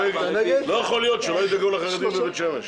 לא יכול להיות שלא ידאגו לחרדים בבית שמש,